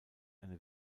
eine